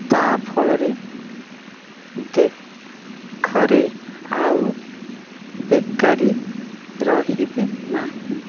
ତା' ଫଳରେ ଦେଶରେ ଆଉ ବେକାରୀ ରହିବେ ନାହିଁ